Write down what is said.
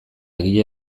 egile